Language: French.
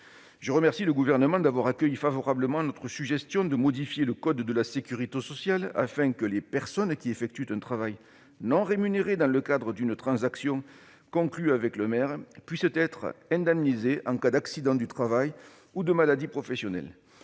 Je remercie le Gouvernement d'avoir accueilli favorablement notre suggestion de modifier le code de la sécurité sociale afin que les personnes qui effectuent un travail non rémunéré dans le cadre d'une transaction conclue avec le maire puissent être indemnisées en cas d'accident du travail ou de maladie professionnelle.